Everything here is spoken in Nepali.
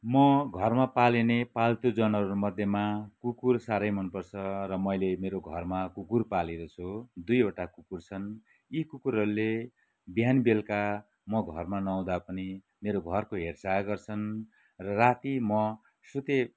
म घरमा पालिने पाल्तु जनावरहरू मध्येमा कुकुर साह्रै मन पर्छ र मैले मेरो घरमा कुकुर पालेको छु दुईवटा कुकुर छन् यी कुकुरहरूले बिहान बेलुका म घरमा नहुँदा पनि मेरो घरको हेरचाह गर्छन् र राति म सुते